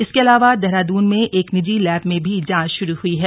इसके अलावा देहराद्रन में एक निजी लैब में भी जांच शुरू ह्ई है